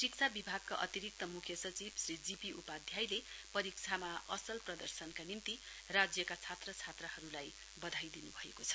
शिक्षा विभागका अतिरिक्त मुख्य सचिव श्री जी पी उपाध्यायले परीक्षामा असल प्रदर्शनका निम्ति राज्यका छात्र छात्राहरूलाई वधाई दिनुभएको छ